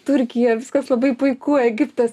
turkija viskas labai puiku egiptas